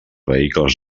vehicles